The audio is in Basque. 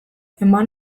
eman